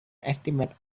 estimate